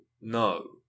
no